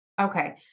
Okay